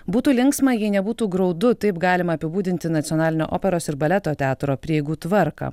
būtų linksma jei nebūtų graudu taip galima apibūdinti nacionalinio operos ir baleto teatro prieigų tvarką